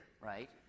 right